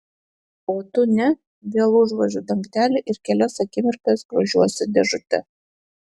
o tu ne vėl užvožiu dangtelį ir kelias akimirkas grožiuosi dėžute